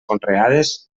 conreades